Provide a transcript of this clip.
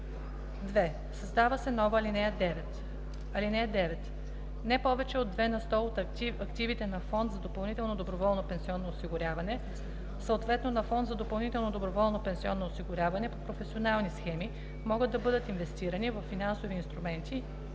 2. Създава се нова ал. 9: „(9) Не повече от 2 на сто от активите на фонд за допълнително доброволно пенсионно осигуряване, съответно на фонд за допълнително доброволно пенсионно осигуряване по професионални схеми, могат да бъдат инвестирани във финансови инструменти